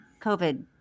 COVID